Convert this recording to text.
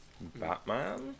Batman